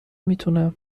میتونم